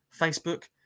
Facebook